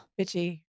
Bitchy